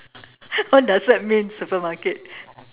what does that mean supermarket